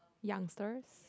youngsters